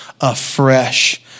afresh